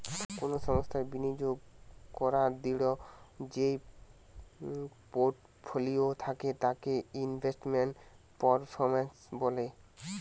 কোনো সংস্থার বিনিয়োগ করাদূঢ় যেই পোর্টফোলিও থাকে তাকে ইনভেস্টমেন্ট পারফরম্যান্স বলে